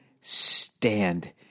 stand